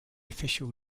official